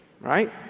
Right